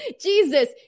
jesus